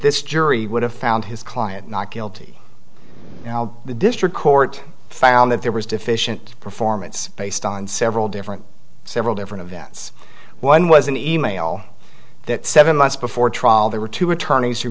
this jury would have found his client not guilty the district court found that there was deficient performance based on several different several different events one was an e mail that seven months before trial there were two attorneys who